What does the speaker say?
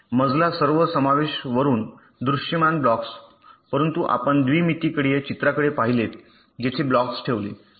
मजला सर्व समावेश वरुन दृश्यमान ब्लॉक्स परंतु आपण द्विमितीय चित्राकडे पाहिलेत जेथे ब्लॉक्स ठेवले